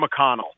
McConnell